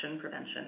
prevention